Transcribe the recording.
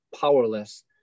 powerless